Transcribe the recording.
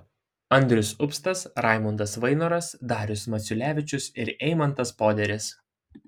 andrius upstas raimundas vainoras darius maciulevičius ir eimantas poderis